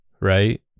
right